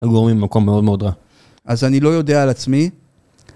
היו גורמים ממקום מאוד מאוד רע, אז אני לא יודע על עצמי.